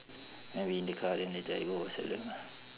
maybe in the car then later I go whatsapp them lah